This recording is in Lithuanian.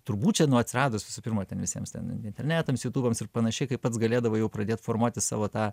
turbūt čia nu atsiradus visų pirma ten visiems ten internetams ten jutūbams ir panašiai kaip pats galėdavai jau pradėt formuoti savo tą